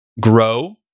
grow